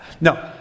No